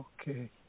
Okay